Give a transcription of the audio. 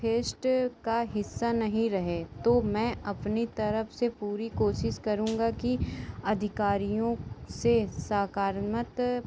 fest का हिस्सा नहीं रहे तो मैं अपनी तरफ से पूरी कोशिश करूँगा कि अधिकारियों से सकारात्मक